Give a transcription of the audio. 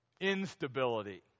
instability